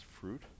fruit